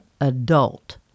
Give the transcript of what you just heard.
adult